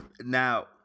now